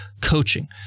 coaching